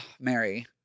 Mary